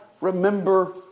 remember